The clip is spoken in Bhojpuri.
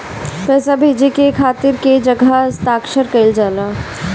पैसा भेजे के खातिर कै जगह हस्ताक्षर कैइल जाला?